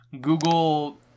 Google